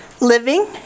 living